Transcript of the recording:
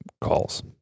calls